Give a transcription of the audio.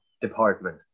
department